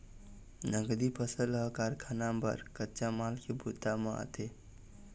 नगदी फसल ह कारखाना बर कच्चा माल के बूता म आथे